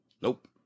Nope